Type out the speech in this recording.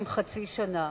שהם חצי שנה.